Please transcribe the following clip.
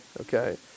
okay